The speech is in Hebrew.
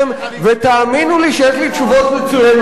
ותאמינו לי שיש לי תשובות מצוינות.